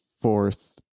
fourth